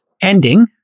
ending